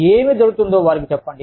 ఏమి జరుగుతుందో వారికి చెప్పండి